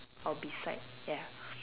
or beside ya